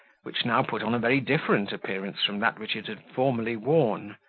which now put on a very different appearance from that which it had formerly worn.